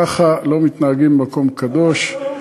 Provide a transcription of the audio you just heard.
ככה לא מתנהגים במקום קדוש, אל-אקצא למוסלמים.